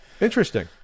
Interesting